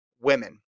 women